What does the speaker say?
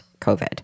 COVID